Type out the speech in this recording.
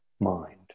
mind